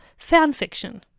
fanfiction